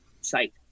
site